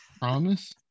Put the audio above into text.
Promise